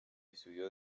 estudió